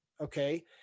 okay